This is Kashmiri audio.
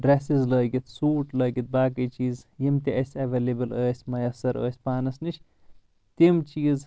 ڈرسٕز لٲگیتھ سوٗٹ لٲگِتھ باقٕے چیٖز یِم تہِ اسہِ ایٚولیبٕل ٲس میسر ٲس پانس نِش تِم چیٖز